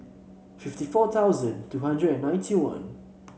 fifty four thousand two hundred and ninety one